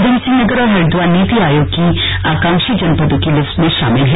उधमसिंहनगर और हरिद्वार नीति आयोग की आकांक्षी जनपदों की लिस्ट में शामिल हैं